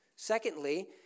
Secondly